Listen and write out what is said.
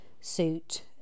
suit